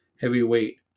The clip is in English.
heavyweight